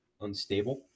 unstable